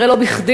כנראה לא בכדי,